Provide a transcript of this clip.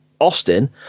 Austin